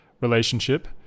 relationship